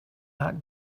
that